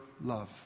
love